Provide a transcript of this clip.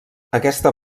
aquesta